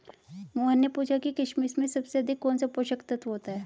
मोहन ने पूछा कि किशमिश में सबसे अधिक कौन सा पोषक तत्व होता है?